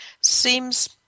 Seems